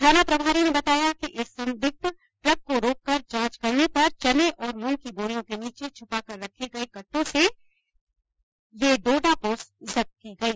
थाना प्रभारी ने बताया कि एक संदिग्ध ट्रक को रोककर जांच करने पर चने और मूंग की बोरियों के नीचे छपाकर रखे गये कटटों से ये डोडा पोस्त जब्त की गई